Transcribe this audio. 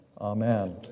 amen